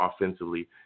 offensively